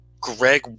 Greg